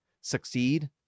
succeed